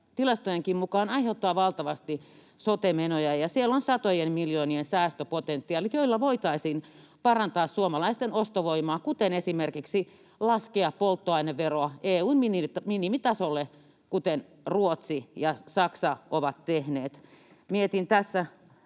tilastojenkin mukaan aiheuttaa valtavasti sote-menoja, ja siellä on satojen miljoonien säästöpotentiaalit, joilla voitaisiin parantaa suomalaisten ostovoimaa, kuten esimerkiksi laskea polttoaineveroa EU:n minimitasolle kuten Ruotsi ja Saksa ovat tehneet. Mietin tässä